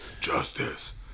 Justice